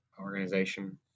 organization